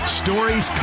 stories